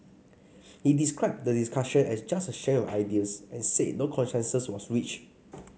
he described the discussion as just a sharing of ideas and said no consensus was reached